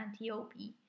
Antiope